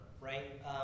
right